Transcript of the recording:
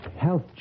Health